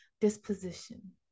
disposition